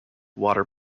water